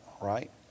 right